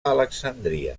alexandria